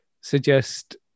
suggest